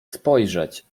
spojrzeć